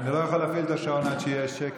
אני לא יכול להפעיל את השעון עד שיהיה שקט,